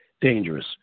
Dangerous